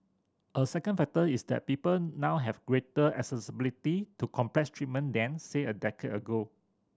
a second factor is that people now have greater accessibility to complex treatment than say a decade ago